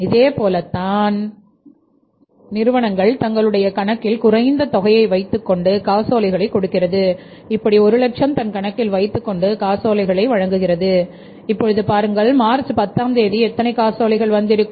இதேபோலத்தான் நிறுவனங்கள் தங்களுடைய கணக்கில் குறைந்த தொகை வைத்துக்கொண்டு காசோலைகளை கொடுக்கிறது இப்படி 100000 தன் கணக்கில் வைத்துக்கொண்டு காசோலைகளை வழங்குகிறது இப்படிப் பாருங்கள் மார்ச் 10 தேதி எத்தனை காசோலைகள் வந்திருக்கும்